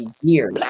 years